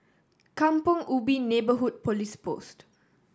Kampong Ubi Neighbourhood Police Post